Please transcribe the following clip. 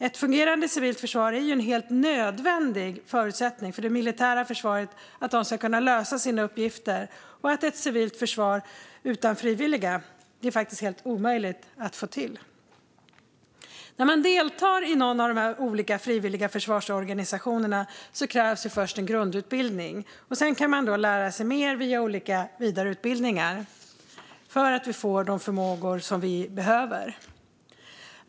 Ett fungerande civilt försvar är en helt nödvändig förutsättning för att det militära försvaret ska kunna lösa sina uppgifter, och ett civilt försvar utan frivilliga är helt omöjligt att få till. När du deltar i någon av de olika frivilliga försvarsorganisationerna krävs först en grundutbildning, och sedan kan man lära sig mer via olika vidareutbildningar så att vi ska få de förmågor som vi behöver.